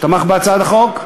שתמך בהצעת החוק,